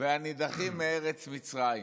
והנדחים בארץ מצרים".